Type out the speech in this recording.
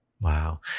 Wow